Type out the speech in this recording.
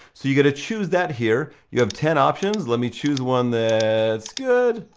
so you gotta choose that here, you have ten options, let me choose one that's good.